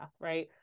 right